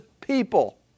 people